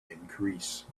increase